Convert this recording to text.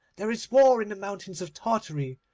there is war in the mountains of tartary,